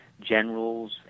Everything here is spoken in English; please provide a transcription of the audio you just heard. generals